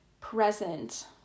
Present